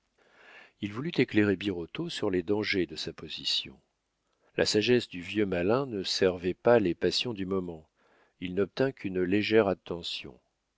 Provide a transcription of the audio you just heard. il voulut éclairer birotteau sur les dangers de sa position la sagesse du vieux malin ne servait pas les passions du moment il n'obtint qu'une légère attention